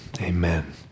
Amen